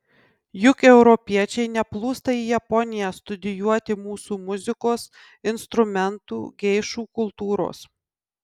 juk europiečiai neplūsta į japoniją studijuoti mūsų muzikos instrumentų geišų kultūros